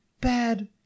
Bad